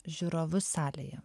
žiūrovus salėje